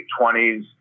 20s